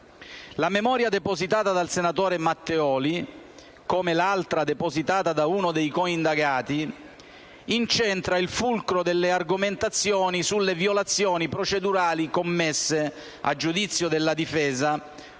La memoria depositata dal senatore Matteoli (come l'altra depositata da uno dei coindagati) incentra il fulcro delle argomentazioni sulle violazioni procedurali commesse - a giudizio della difesa